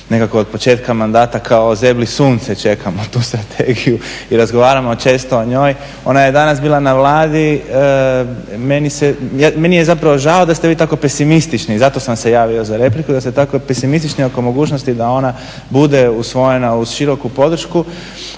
nekako od početka mandata kao ozebli sunce čekamo tu strategiju i razgovaramo često o njoj. Ona je danas bila na Vladi. Meni je zapravo žao da ste vi tako pesimistični, zato sam se javio za repliku, da ste tako pesimistični oko mogućnosti da ona bude usvojena uz široku podršku.